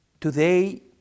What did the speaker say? Today